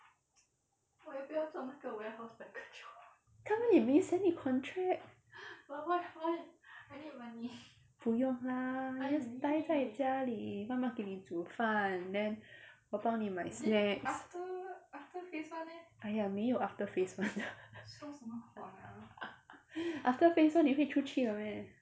他们也没 send 你 contract 不用啦 just 呆在家里妈妈给你煮饭 then 我帮你买 snacks !aiya! 没有 after phase one liao after phase one 你会出去了 meh